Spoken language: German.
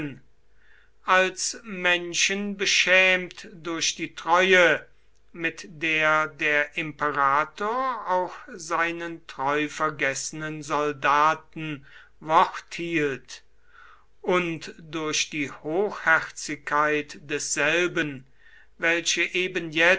als menschen beschämt durch die treue mit der der imperator auch seinen treuvergessenen soldaten wort hielt und durch die hochherzigkeit desselben welche